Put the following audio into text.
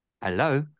Hello